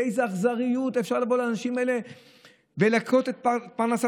באיזו אכזריות אפשר לבוא לנשים האלה ולקחת את פרנסתן,